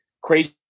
crazy